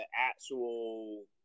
actual